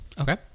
Okay